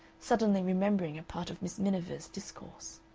suddenly remembering a part of miss miniver's discourse.